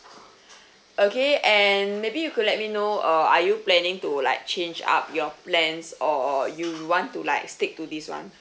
okay and maybe you could let me know uh are you planning to like change up your plans or you want to like stick to this [one]